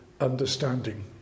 understanding